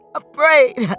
afraid